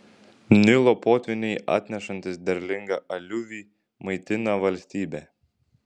nilo potvyniai atnešantys derlingą aliuvį maitina valstybę